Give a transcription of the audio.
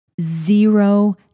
zero